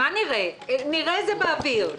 נראה זה באוויר.